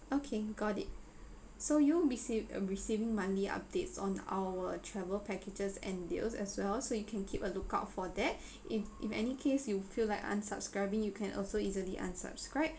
okay got it so you uh receiving monthly updates on our travel packages and deals as well so you can keep a lookout for that if in any case you feel like unsubscribing you can also easily unsubscribe